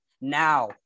Now